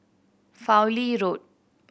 Fowlie Road